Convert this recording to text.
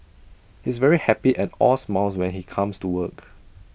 he's very happy and all smiles when he comes to work